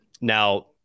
now